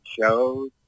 shows